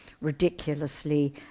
ridiculously